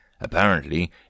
Apparently